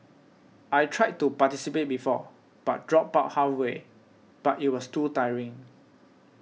I tried to participate before but dropped but halfway but it was too tiring